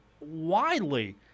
widely